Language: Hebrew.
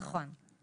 נכון.